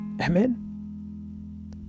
Amen